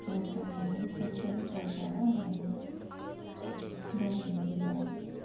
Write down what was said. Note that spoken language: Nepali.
यात्रा गर्न अलिक सस्तो नै पर्छ होला हामी दार्जिलिङ जिल्ला